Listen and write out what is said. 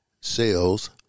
sales